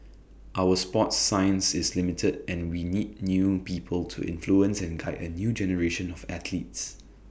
our sports science is limited and we need new people to influence and guide A new generation of athletes